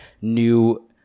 new